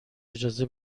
اجازه